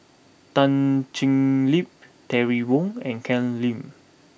Tan Thoon Lip Terry Wong and Ken Lim